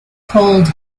cold